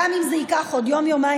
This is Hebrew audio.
גם אם זה ייקח עוד יום-יומיים,